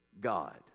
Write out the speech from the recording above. God